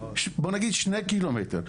בוא נגיד 2 קילומטר.